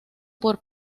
por